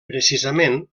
precisament